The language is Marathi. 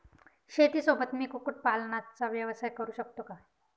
शेतीसोबत मी कुक्कुटपालनाचा व्यवसाय करु शकतो का?